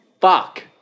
Fuck